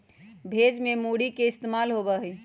भेज में भी मूरी के इस्तेमाल होबा हई